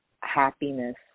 happiness